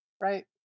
right